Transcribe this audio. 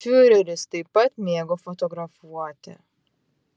fiureris taip pat mėgo fotografuoti